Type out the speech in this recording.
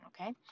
okay